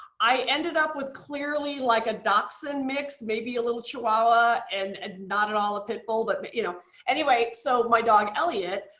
i ended up with clearly like a dachshund mix, maybe a littl chihuahua and not at all a pitbull. but but you know anyway, so my dog elliot,